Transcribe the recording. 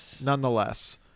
nonetheless